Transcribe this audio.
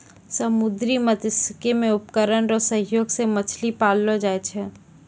समुन्द्री मत्स्यिकी मे उपकरण रो सहयोग से मछली पाललो जाय छै